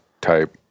type